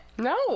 No